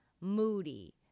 Moody